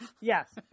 Yes